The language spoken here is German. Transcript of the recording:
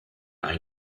ein